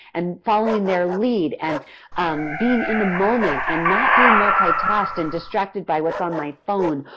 and following their lead, and being in the moment, and not being multi-tasked and distracted by what's on my phone,